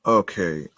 okay